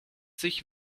sich